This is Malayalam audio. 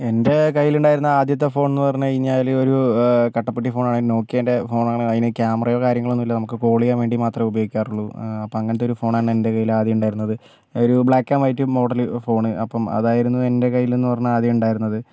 എൻറ്റെ കയ്യിലുണ്ടായിരുന്ന ആദ്യത്തേ ഫോണെന്ന് പറഞ്ഞുകഴിഞ്ഞാൽ ഒരു കട്ടപ്പെട്ടി ഫോണാണ് നോക്കിയ്യെൻ്റെ ഫോണാണ് അതിന് ക്യാമറയോ കാര്യങ്ങളോന്നുമില്ല നമുക്ക് കോൾ ചെയ്യാൻ വേണ്ടി മാത്രമേ ഉപയോഗിക്കാറുള്ളൂ അപ്പോൾ അങ്ങനത്തൊരു ഫോണാണ് എൻ്റെ കയ്യിൽ ആദ്യം ഉണ്ടായിരുന്നത് ഒരു ബ്ലാക്ക് ആൻഡ് വൈറ്റ് മോഡൽ ഒരു ഫോൺ അപ്പം അതായിരുന്നു എൻ്റെ കയ്യിലെന്ന് പറഞ്ഞാൽ ആദ്യം ഉണ്ടായിരുന്നത്